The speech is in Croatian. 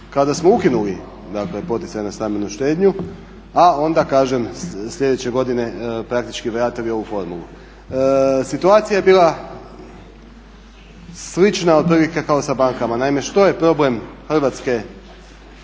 kada smo ukinuli, dakle poticaje na stambenu štednju a onda kažem sljedeće godine praktički vratili ovu formulu. Situacija je bila slična otprilike kao sa bankama. Naime što je problem Hrvatske